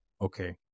Okay